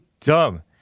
dumb